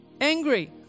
Angry